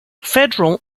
federal